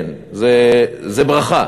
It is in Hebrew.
זו ברכה.